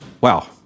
wow